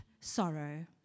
sorrow